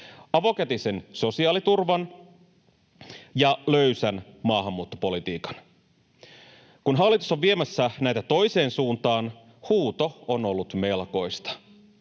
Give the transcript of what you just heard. avokätisen sosiaaliturvan ja löysän maahanmuuttopolitiikan. Kun hallitus on viemässä näitä toiseen suuntaan, huuto on ollut melkoista.